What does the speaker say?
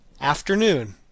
afternoon